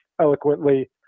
eloquently